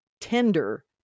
tender